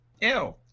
Ew